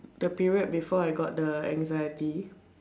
the period before I got the anxiety